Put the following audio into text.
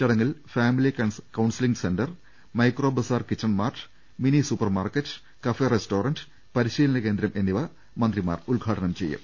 ചടങ്ങിൽ family counselling centre micro bazaar kitchen mart mini supermarket gulf restaurant പരിശീല നകേന്ദ്രം എന്നിവ മന്ത്രിമാർ ഉദ്ഘാട്ടനം ചെയ്യും